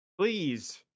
Please